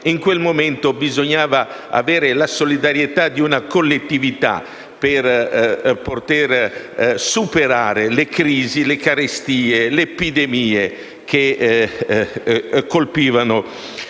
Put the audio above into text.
in quel momento bisognava avere la solidarietà di una collettività per superare le crisi, le carestie e le epidemie che colpivano